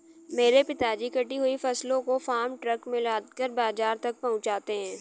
मेरे पिताजी कटी हुई फसलों को फार्म ट्रक में लादकर बाजार तक पहुंचाते हैं